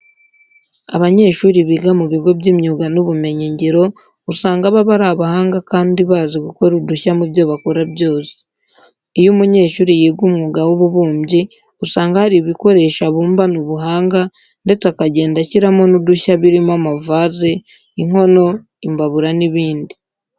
Abanyeshuri biga mu bigo by'imyuga n'ubumenyingiro usanga baba ari abahanga kandi bazi gukora udushya mu byo bakora byose. Iyo umunyeshuri yiga umwuga w'ububumbyi usanga hari ibikoresho abumbana ubuhanga ndetse akagenda ashyiramo n'udushya birimo amavaze, inkono, imbabura n'ibindi.